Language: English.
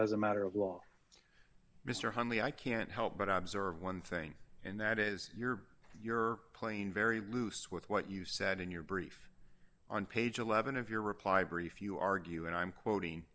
as a matter of law mr huntley i can't help but obs are one thing and that is you're you're playing very loose with what you said in your brief on page eleven of your reply brief you argue and i'm quoting